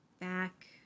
back